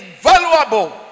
valuable